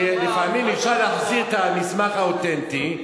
כי לפעמים אפשר להחזיר את המסמך האותנטי,